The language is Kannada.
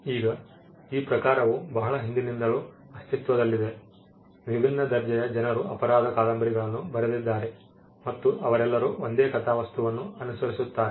ಈಗ ಈ ಪ್ರಕಾರವು ಬಹಳ ಹಿಂದಿನಿಂದಲೂ ಅಸ್ತಿತ್ವದಲ್ಲಿದೆ ವಿಭಿನ್ನ ದರ್ಜೆಯ ಜನರು ಅಪರಾಧ ಕಾದಂಬರಿಗಳನ್ನು ಬರೆದಿದ್ದಾರೆ ಮತ್ತು ಅವರೆಲ್ಲರೂ ಒಂದೇ ಕಥಾವಸ್ತುವನ್ನು ಅನುಸರಿಸುತ್ತಾರೆ